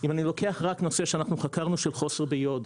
אם אני לוקח רק נושא שאנחנו חקרנו של חוסר ביוד,